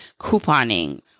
couponing